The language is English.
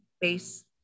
base